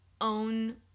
own